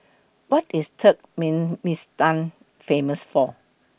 What IS Turkmenistan Famous For